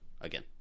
again